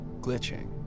glitching